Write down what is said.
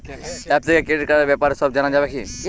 App থেকে credit কার্ডর ব্যাপারে সব জানা যাবে কি?